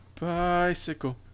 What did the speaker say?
bicycle